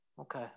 Okay